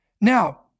Now